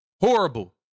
horrible